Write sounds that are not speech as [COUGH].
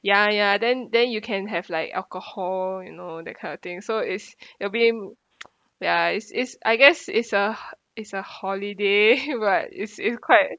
ya ya then then you can have like alcohol you know that kind of thing so it's [BREATH] you're being [NOISE] ya is is I guess is a h~ is a holiday but is is quite